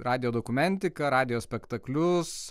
radijo dokumentika radijo spektaklius